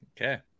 okay